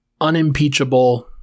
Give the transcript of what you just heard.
unimpeachable